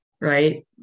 right